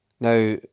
now